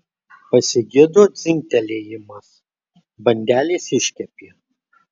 pasigirdo dzingtelėjimas bandelės iškepė